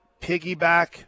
piggyback